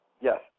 Yes